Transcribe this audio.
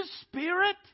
Spirit